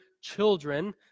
children